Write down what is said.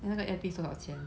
then 那个 earpiece 多少钱